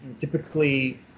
typically